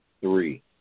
three